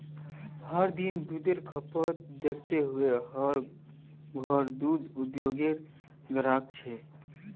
हर दिन दुधेर खपत दखते हुए हर घोर दूध उद्द्योगेर ग्राहक छे